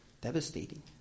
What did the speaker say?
Devastating